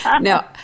No